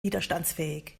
widerstandsfähig